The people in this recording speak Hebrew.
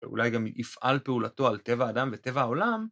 ואולי גם יפעל פעולתו על טבע אדם וטבע העולם.